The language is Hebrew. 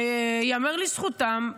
שייאמר לזכותם,